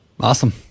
Awesome